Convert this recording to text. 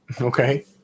Okay